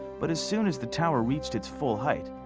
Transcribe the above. but as soon as the tower reached its full height,